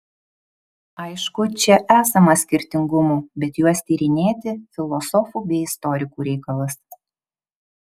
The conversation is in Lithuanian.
aišku čia esama skirtingumų bet juos tyrinėti filosofų bei istorikų reikalas